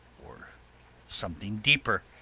or something deeper,